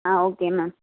ah okay ma'am